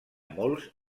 molts